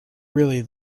really